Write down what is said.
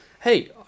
hey